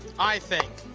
i think.